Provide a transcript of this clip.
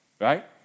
right